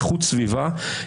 איכות סביבה,